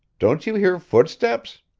don't you hear footsteps?